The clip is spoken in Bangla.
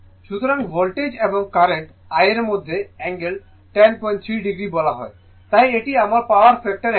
সুতরাং ভোল্টেজ এবং কারেন্ট I এর মধ্যে অ্যাঙ্গেল 103o বলা হয় তাই এটি আমার পাওয়ার ফ্যাক্টর অ্যাঙ্গেল